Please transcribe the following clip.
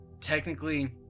technically